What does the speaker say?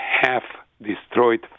half-destroyed